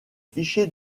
fichiers